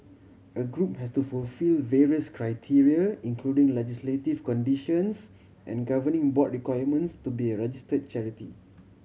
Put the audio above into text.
a group has to fulfil various criteria including legislative conditions and governing board requirements to be a register charity